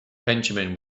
benjamin